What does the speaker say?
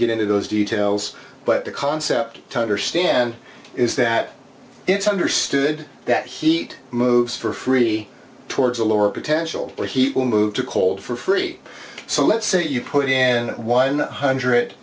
get into those details but the concept to understand is that it's understood that heat moves for free towards a lower potential for heat will move to cold for free so let's say you put in one hundred